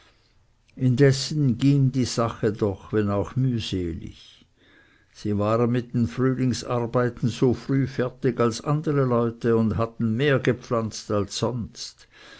indessen ging die sache doch wenn auch mühselig sie waren mit den frühlingsarbeiten so früh fertig als andere leute und hatten mehr gepflanzt als sonst